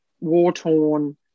war-torn